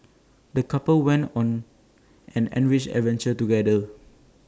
the couple went on an enriching adventure together